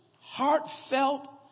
heartfelt